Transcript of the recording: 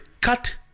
cut